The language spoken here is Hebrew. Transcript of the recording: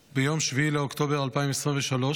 ביום 7 באוקטובר 2023,